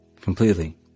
completely